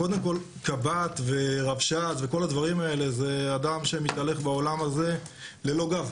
קודם כל קב"ט ורבש"צ וכל הדברים האלה זה אדם שמתהלך בעולם הזה ללא גב.